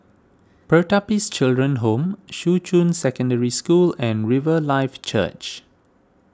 Pertapis Children Home Shuqun Secondary School and Riverlife Church